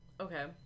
Okay